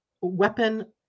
weapon